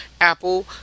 apple